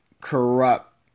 corrupt